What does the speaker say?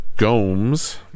gomes